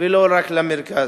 ולא רק למרכז.